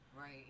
Right